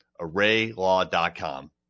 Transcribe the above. ArrayLaw.com